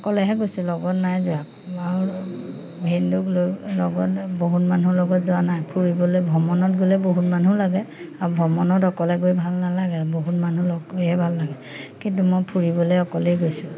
অকলেহে গৈছোঁ লগত নাই যোৱা আৰু ভিনদেউৰ লগত বহুত মানুহৰ লগত যোৱা নাই ফুৰিবলে ভ্ৰমণত গ'লে বহুত মানুহ লাগে আৰু ভ্ৰমণত অকলে গৈ ভাল নালাগে বহুত মানুহ লগ কৰিহে ভাল লাগে কিন্তু মই ফুৰিবলে অকলেই গৈছোঁ